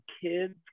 kids